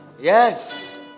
Yes